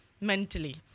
mentally